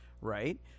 right